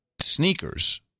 sneakers